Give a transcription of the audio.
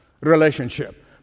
relationship